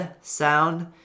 sound